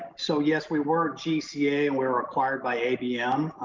so yes, we were gca and were acquired by abm,